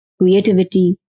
creativity